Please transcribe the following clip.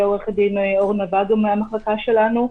עורכת הדין אורנה באדו מהמחלקה שלנו,